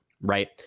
Right